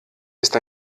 ist